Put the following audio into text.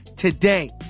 Today